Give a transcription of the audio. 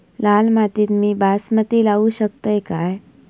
लाल मातीत मी बासमती लावू शकतय काय?